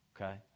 Okay